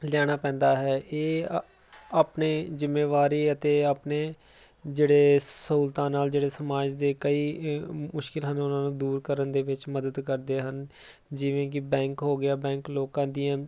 ਲਿਆਉਣਾ ਪੈਂਦਾ ਹੈ ਇਹ ਆਪਣੇ ਜਿੰਮੇਵਾਰੀ ਅਤੇ ਆਪਣੇ ਜਿਹੜੇ ਸਹੂਲਤਾਂ ਨਾਲ ਜਿਹੜੇ ਸਮਾਜ ਦੇ ਕਈ ਮੁਸ਼ਕਿਲ ਹਨ ਉਹਨਾਂ ਨੂੰ ਦੂਰ ਕਰਨ ਦੇ ਵਿੱਚ ਮਦਦ ਕਰਦੇ ਹਨ ਜਿਵੇਂ ਕਿ ਬੈਂਕ ਹੋ ਗਿਆ ਬੈਂਕ ਲੋਕਾਂ ਦੀਆਂ